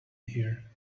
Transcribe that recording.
here